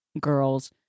girls